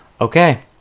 Okay